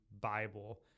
Bible